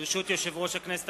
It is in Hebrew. ברשות יושב-ראש הכנסת,